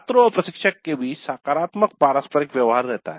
छात्रों और प्रशिक्षक के बीच सकारात्मक पारस्परिक व्यवहार रहता है